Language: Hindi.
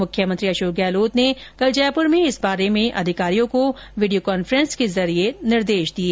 मुख्यमंत्री अशोक गहलोत ने कल जयपूर में इस बारे में अधिकारियों को वीडियो कांफ्रेंस के माध्यम से निर्देश दिए